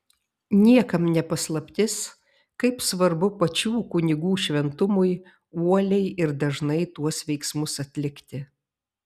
niekam ne paslaptis kaip svarbu pačių kunigų šventumui uoliai ir dažnai tuos veiksmus atlikti